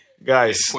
Guys